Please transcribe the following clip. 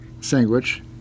Sandwich